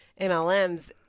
MLMs